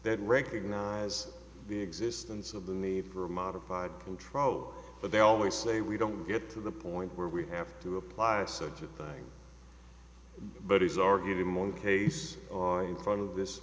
that recognize the existence of the need for a modified contro but they always say we don't get to the point where we have to apply such a thing but he's argued in one case in front of this